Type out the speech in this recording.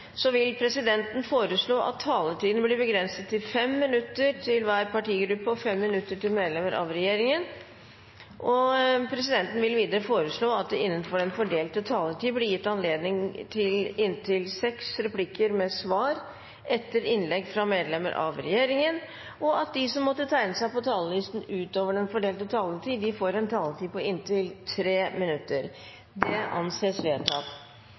så ærlige at de sier – det hadde gitt en ryddigere debatt. Flere har ikke bedt om ordet til sak nr. 8. Etter ønske fra næringskomiteen vil presidenten foreslå at taletiden blir begrenset til 5 minutter til hver partigruppe og 5 minutter til medlemmer av regjeringen. Videre vil presidenten foreslå det at det – innenfor den fordelte taletid – blir gitt anledning til inntil seks replikker med svar etter innlegg fra medlemmer av regjeringen, og at de som måtte tegne seg